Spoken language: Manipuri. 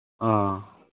ꯑꯥ